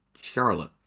Charlotte